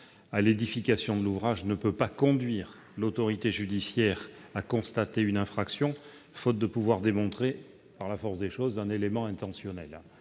à l'édification de l'ouvrage ne peut conduire l'autorité judiciaire à constater une infraction, faute de pouvoir démontrer, par la force des choses, un élément intentionnel.